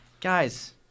Guys